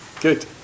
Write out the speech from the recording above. Good